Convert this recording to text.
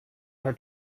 her